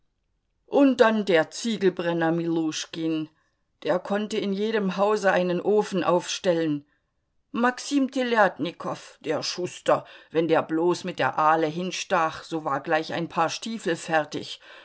und dann der ziegelbrenner miluschkin der konnte in jedem hause einen ofen aufstellen maxim teljatnikow der schuster wenn der bloß mit der ahle hinstach so war gleich ein paar stiefel fertig